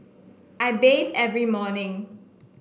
I bathe every morning